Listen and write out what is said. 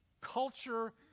culture